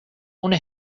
una